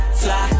fly